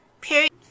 period